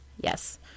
Yes